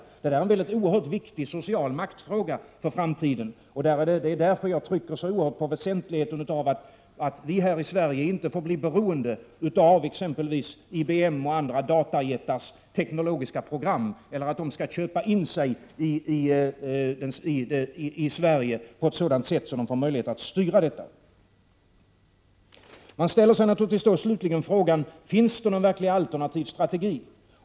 Detta är en mycket viktig social maktfråga för framtiden, och det är därför jag trycker på betydelsen av att vi här i Sverige inte får bli beroende av exempelvis IBM och andra datajättars teknologiska program eller tillåta att de köper in sig i Sverige på ett sådant sätt att de får möjlighet att styra utvecklingen. Man ställer sig naturligtvis slutligen frågan: Finns det någon verkligt alternativ strategi?